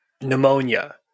pneumonia